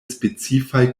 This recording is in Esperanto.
specifaj